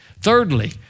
Thirdly